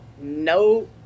No